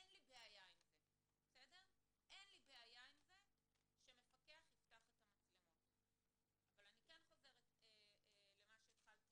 אין לי בעיה שמפקח יפתח את המצלמות אבל אני כן חוזרת למה שהתחלתי